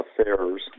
affairs